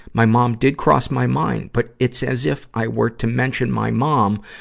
my mom did cross my mind. but it's as if i were to mention my mom,